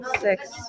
Six